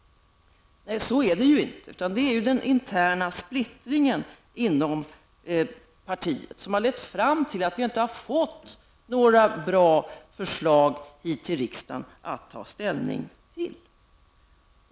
Nej, så är det ju inte. Det är den interna splittringen inom partiet som har lett till att riksdagen inte har fått några bra förslag att ta ställning till.